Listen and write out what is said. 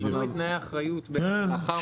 כלומר הם שינו את תנאי האחריות לאחר מכן.